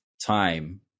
time